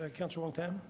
ah councillor wong-tam.